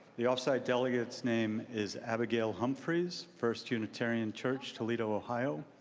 the off-site delegate's name is abigail humphries, first unitarian church, toledo, ohio.